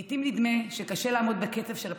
לעיתים נדמה שקשה לעמוד בקצב של הפרשיות.